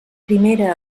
primera